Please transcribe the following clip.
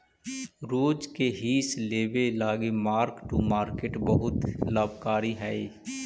रोज के हिस लेबे लागी मार्क टू मार्केट बहुत लाभकारी हई